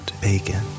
bacon